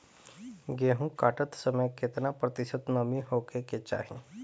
गेहूँ काटत समय केतना प्रतिशत नमी होखे के चाहीं?